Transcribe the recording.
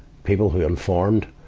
people who informed,